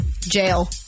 Jail